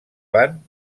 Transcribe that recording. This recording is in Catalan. van